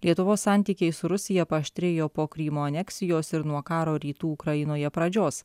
lietuvos santykiai su rusija paaštrėjo po krymo aneksijos ir nuo karo rytų ukrainoje pradžios